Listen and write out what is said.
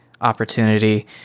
opportunity